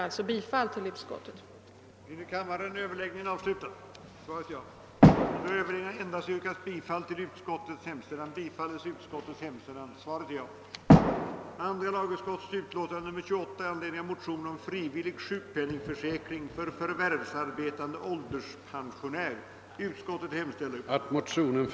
Jag yrkar bifall till utskottets hemställan.